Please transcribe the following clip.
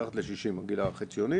מתחת ל-60 הגיל החציוני